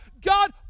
God